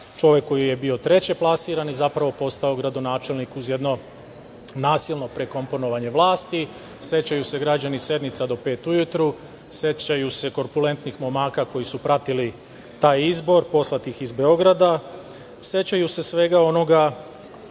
čovek koji je bio trećeplasirani zapravo postao gradonačelnik uz jedno nasilno prekompovanje vlasti. Sećaju se građani sednica do pet ujutru, sećaju se korpulentnih momaka koji su pratili taj izbor, poslatih iz Beograda. Sećaju se svega onoga